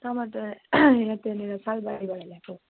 टमाटर यहाँ त्यहाँनिर सालबारीबाट ल्याएको